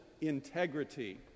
integrity